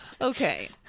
Okay